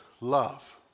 love